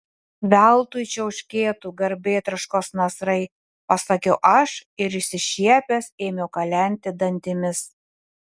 veltui čiauškėtų garbėtroškos nasrai pasakiau aš ir išsišiepęs ėmiau kalenti dantimis